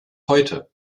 heute